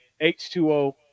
H2O